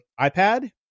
iPad